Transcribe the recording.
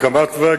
ההקמה של